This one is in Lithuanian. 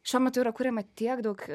šiuo metu yra kuriama tiek daug